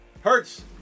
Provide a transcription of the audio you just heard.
Hertz